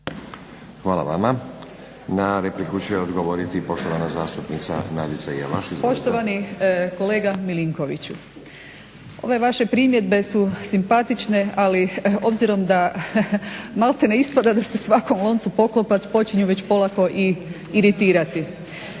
Hvala vama. Na repliku će odgovoriti poštovana zastupnica Nadica Jelaš. **Jelaš, Nadica (SDP)** Poštovani kolega MIlinkoviću, ove vaše primjedbe su simpatične ali obzirom da malte ne da ste svakom loncu poklopac počinju već polako i iritirati.